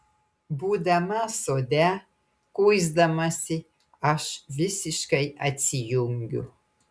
būdama sode kuisdamasi aš visiškai atsijungiu